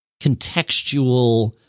contextual